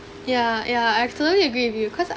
yeah yeah I absolutely agree with you because I